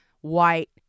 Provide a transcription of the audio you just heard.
white